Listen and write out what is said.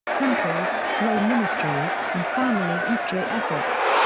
temples, lay ministry, and family history efforts.